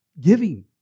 giving